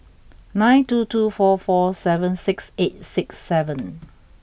nine two two four four seven six eight six seven